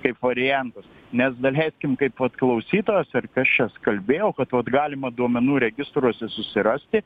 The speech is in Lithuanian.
kaip variantus nes daleiskim kaip vat klausytojas ar kažčias kalbėjau kad vat galima duomenų registruose susirasti